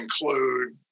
include